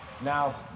Now